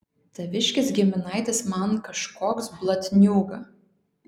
taviškis giminaitis man kažkoks blatniūga